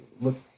look